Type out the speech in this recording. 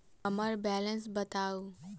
हम्मर बैलेंस बताऊ